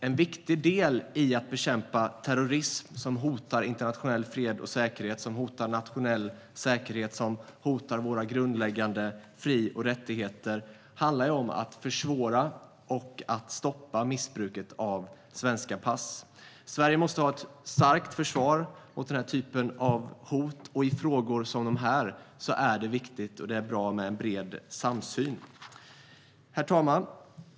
En viktig del i att bekämpa terrorism som hotar internationell fred och säkerhet, som hotar nationell säkerhet och som hotar våra grundläggande fri och rättigheter handlar om att försvåra och stoppa missbruket av svenska pass. Sverige måste ha ett starkt försvar mot denna typ av hot. Och i frågor som dessa är det viktigt och bra med en bred samsyn. Herr talman!